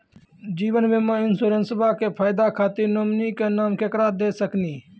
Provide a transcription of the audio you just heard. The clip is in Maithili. जीवन बीमा इंश्योरेंसबा के फायदा खातिर नोमिनी के नाम केकरा दे सकिनी?